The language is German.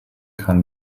kann